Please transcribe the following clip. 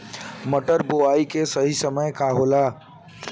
मटर बुआई के सही समय का होला?